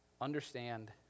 understand